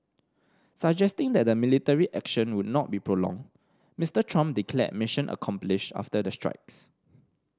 suggesting that the military action would not be prolonged Mister Trump declared mission accomplished after the strikes